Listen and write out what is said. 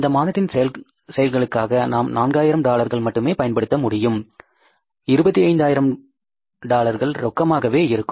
இந்த மாதத்தின் செயல்களுக்காக நாம் நான்காயிரம் டாலர்கள் மட்டுமே பயன்படுத்த முடியும் 25000 ரொக்கமாகவே இருக்கும்